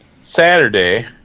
Saturday